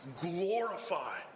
glorify